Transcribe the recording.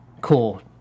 cool